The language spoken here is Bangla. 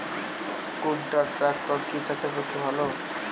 কুবটার ট্রাকটার কি চাষের পক্ষে ভালো?